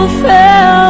fell